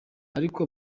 ariko